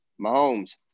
Mahomes